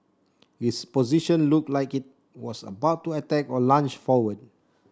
its position looked like it was about to attack or lunge forward